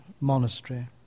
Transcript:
monastery